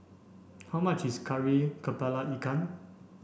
how much is Kari Kepala Ikan